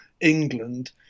England